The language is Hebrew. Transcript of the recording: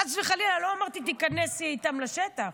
חס וחלילה לא אמרתי שתיכנס איתם לשטח,